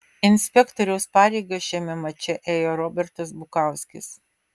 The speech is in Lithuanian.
inspektoriaus pareigas šiame mače ėjo robertas bukauskis